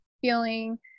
feeling